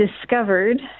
discovered